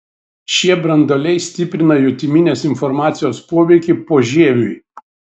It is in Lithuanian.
šie branduoliai stiprina jutiminės informacijos poveikį požieviui